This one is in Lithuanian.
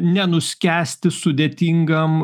nenuskęsti sudėtingam